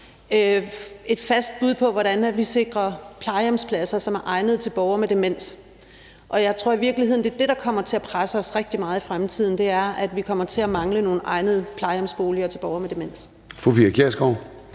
et fast bud på, hvordan vi sikrer plejehjemspladser, som er egnede til borgere med demens. Og jeg tror i virkeligheden, at det er det, der kommer til at presse os rigtig meget i fremtiden; det er, at vi kommer til at mangle nogle egnede plejehjemsboliger til borgere med demens.